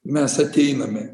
mes ateiname